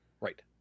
Right